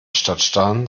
stadtstaaten